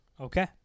Okay